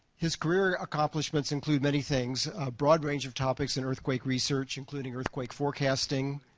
his career accomplishments include many things a broad range of topics in earthquake research, including earthquake forecasting,